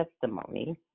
testimony